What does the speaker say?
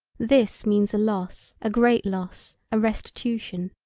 this means a loss a great loss a restitution.